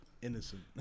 innocent